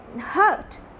hurt